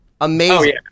Amazing